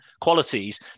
qualities